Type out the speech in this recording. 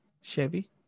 Chevy